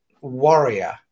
warrior